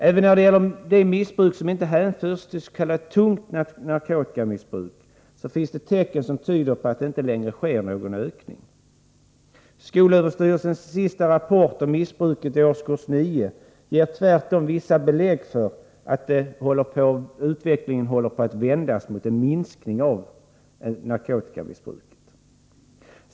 Även när det gäller det narkotikamissbruk som inte hänförs till s.k. tungt missbruk finns det tecken som tyder på att det inte längre sker någon ökning. Skolöverstyrelsens senaste rapport om missbruket i årskurs 9 ger tvärtom vissa belägg för att utvecklingen håller på att vändas mot en minskning av narkotikamissbruket.